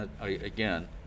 Again